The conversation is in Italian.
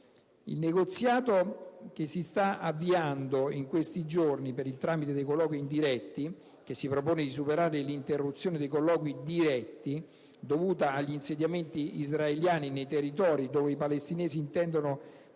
Il negoziato che si sta avviando in questi giorni per il tramite dei colloqui indiretti - che si propone di superare l'interruzione dei colloqui diretti dovuta agli insediamenti israeliani nei territori dove i palestinesi intendono